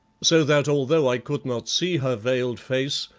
so that although i could not see her veiled face,